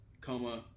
Coma